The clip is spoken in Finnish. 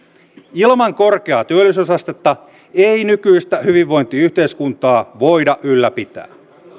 ilman korkeaa työllisyysastetta ei nykyistä hyvinvointiyhteiskuntaa voida ylläpitää